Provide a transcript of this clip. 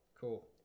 Cool